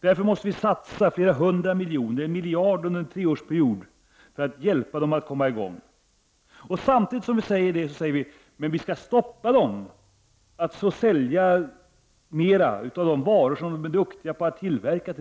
Därför måste vi satsa flera hundra miljoner, en miljard under en treårsperiod, för att hjälpa dem att komma i gång. Samtidigt säger vi: Men vi skall hindra dem att sälja mer till vårt land av de varor som de är duktiga på att tillverka.